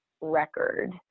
record